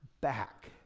back